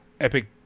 Epic